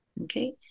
Okay